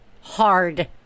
hard